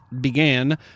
began